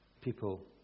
people